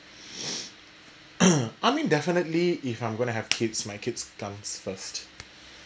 I mean definitely if I'm going to have kids my kids comes first